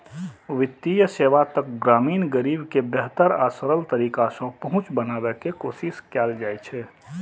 वित्तीय सेवा तक ग्रामीण गरीब के बेहतर आ सरल तरीका सं पहुंच बनाबै के कोशिश कैल जाइ छै